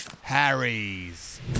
Harry's